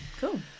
cool